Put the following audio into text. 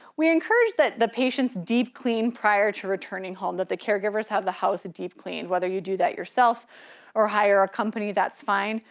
we encourage that the patient's deep clean prior to returning home, that the caregivers have the house deep cleaned. whether you do that yourself or hire a company, that's fine.